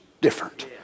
different